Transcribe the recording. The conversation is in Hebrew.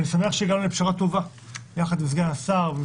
אני שמח שהגענו לפשרה טובה יחד עם סגן השר ועם